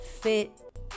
fit